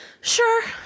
Sure